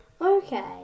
Okay